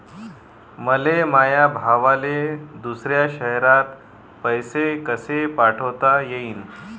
मले माया भावाले दुसऱ्या शयरात पैसे कसे पाठवता येईन?